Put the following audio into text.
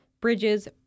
bridges